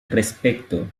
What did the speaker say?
respecto